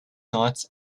not